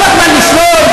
לא נמאס לכם לשלול כל הזמן?